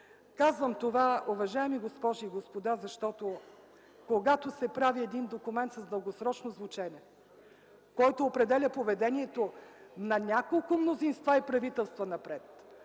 Казвам това, уважаема госпожи и господа, защото когато се прави един документ с дългосрочно звучене, който определя поведението на няколко мнозинства и правителства напред,